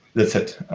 that's it.